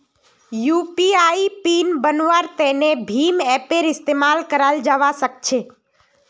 UPI PIN बन्वार तने भीम ऐपेर इस्तेमाल कराल जावा सक्छे